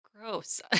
gross